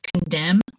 condemn